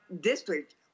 district